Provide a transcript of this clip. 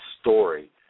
story